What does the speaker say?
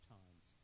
times